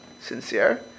sincere